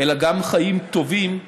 אלא גם חיים טובים,